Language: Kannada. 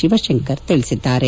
ಶಿವಶಂಕರ್ ತಿಳಿಸಿದ್ದಾರೆ